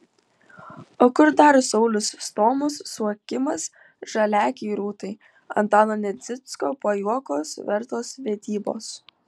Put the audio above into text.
o kur dar sauliaus stomos suokimas žaliaakei rūtai antano nedzinsko pajuokos vertos vedybos